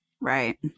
right